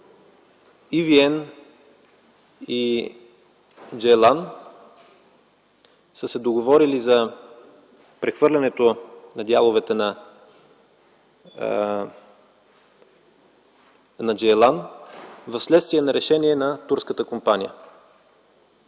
ЕVN и „Джейлан” са се договорили за прехвърлянето на дяловете на „Джейлан” вследствие на решение на турската компания.